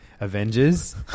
Avengers